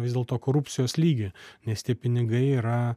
vis dėlto korupcijos lygį nes tie pinigai yra